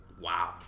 Wow